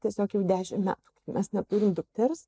tiesiog jau dešimt metų mes neturim dukters